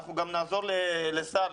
אנחנו גם נעזור לשר,